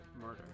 murder